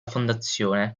fondazione